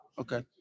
Okay